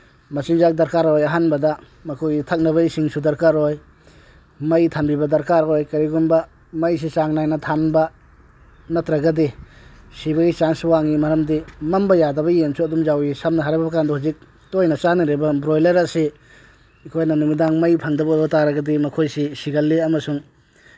ꯃꯆꯤꯟꯖꯥꯛ ꯗꯔꯀꯥꯔ ꯑꯣꯏ ꯑꯍꯥꯟꯕꯗ ꯃꯈꯣꯏꯒꯤ ꯊꯛꯅꯕ ꯏꯁꯤꯡꯁꯨ ꯗꯔꯀꯥꯔ ꯑꯣꯏ ꯃꯩ ꯊꯥꯟꯕꯤꯕ ꯗꯔꯀꯥꯔ ꯑꯣꯏ ꯀꯔꯤꯒꯨꯝꯕ ꯃꯩꯁꯤ ꯆꯥꯡ ꯅꯥꯏꯅ ꯊꯥꯟꯕ ꯅꯠꯇ꯭ꯔꯒꯗꯤ ꯁꯤꯕꯒꯤ ꯆꯥꯟꯁ ꯋꯥꯡꯏ ꯃꯔꯝꯗꯤ ꯃꯝꯕ ꯌꯥꯗꯕ ꯌꯦꯟꯁꯨ ꯑꯗꯨꯝ ꯌꯥꯎꯏ ꯁꯝꯅ ꯍꯥꯏꯔꯕ ꯀꯥꯟꯗ ꯍꯧꯖꯤꯛ ꯇꯣꯏꯅ ꯆꯥꯅꯔꯤꯕ ꯕ꯭ꯔꯣꯏꯂꯔ ꯑꯁꯤ ꯑꯩꯈꯣꯏꯅ ꯅꯨꯃꯤꯗꯥꯡ ꯃꯩ ꯐꯪꯗꯕ ꯑꯣꯏꯕ ꯇꯥꯔꯒꯗꯤ ꯃꯈꯣꯏꯁꯤ ꯁꯤꯒꯜꯂꯤ ꯑꯃꯁꯨꯡ